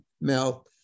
Mel